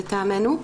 לטעמנו,